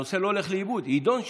הנושא לא הולך לאיבוד, הוא יידון שם.